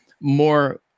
more